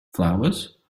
flowers